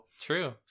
True